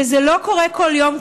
וזה לא קורה כל יום,